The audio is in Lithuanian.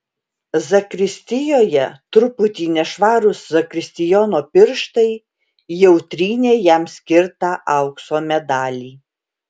zakristijoje truputį nešvarūs zakristijono pirštai jau trynė jam skirtą aukso medalį